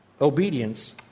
Obedience